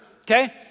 Okay